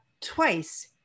twice